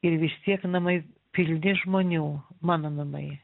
ir vis tiek namai pilni žmonių mano namai